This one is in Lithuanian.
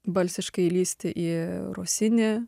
balsiškai įlįsti į rosini